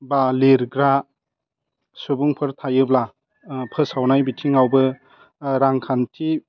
बा लिरग्रा सुबुंफोर थायोब्ला फोसावनाय बिथिङावबो रांखान्थि